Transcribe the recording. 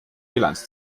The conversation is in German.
bilanz